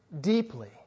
deeply